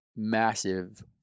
massive